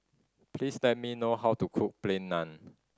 please tell me know how to cook Plain Naan